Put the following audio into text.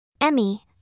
Emmy